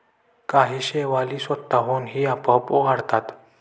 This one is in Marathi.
काही शेवाळी स्वतःहून आपोआप वाढतात